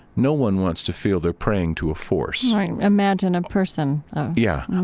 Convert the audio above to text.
no one wants to feel they're praying to a force right, imagine a person yeah,